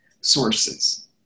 sources